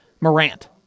Morant